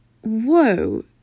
whoa